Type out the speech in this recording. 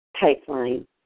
pipeline